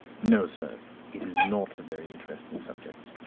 no, sir it is not a very interesting subject.